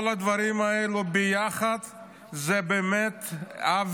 כל הדברים האלה יחד הם עוול.